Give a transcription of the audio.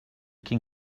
cyn